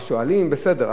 אז שואלים: בסדר,